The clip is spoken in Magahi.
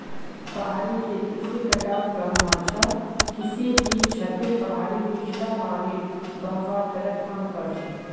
पहाड़ी खेती से कटाव कम ह छ किसेकी छतें पहाड़ीर नीचला पानीर बहवार दरक कम कर छे